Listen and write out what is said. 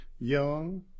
Young